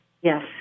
yes